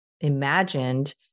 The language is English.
imagined